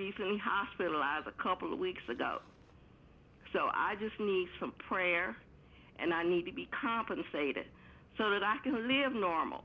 recently hospitalized a couple of weeks ago so i just needs from prayer and i need to be compensated so that i can live normal